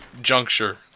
juncture